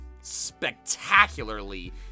spectacularly